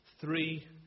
three